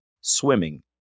swimming